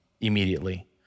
immediately